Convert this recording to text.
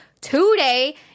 today